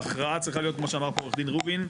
ההכרעה צריכה להיות כמו שאמר פה עו"ד רובין,